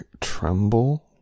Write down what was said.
tremble